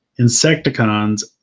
Insecticons